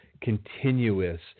continuous